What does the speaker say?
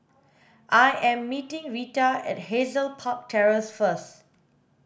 I am meeting Reta at Hazel Park Terrace first